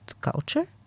culture